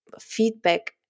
feedback